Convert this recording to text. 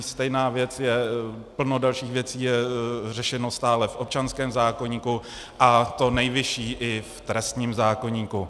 Stejná věc je, plno dalších věcí je řešeno stále v občanském zákoníku, a to nejvyšší i v trestním zákoníku.